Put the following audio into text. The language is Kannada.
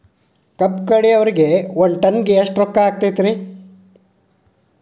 ಕಬ್ಬು ಕಡಿಯುವರಿಗೆ ಒಂದ್ ಟನ್ ಗೆ ಎಷ್ಟ್ ರೊಕ್ಕ ಆಕ್ಕೆತಿ?